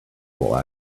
will